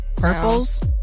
Purples